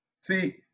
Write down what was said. See